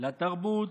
לתרבות,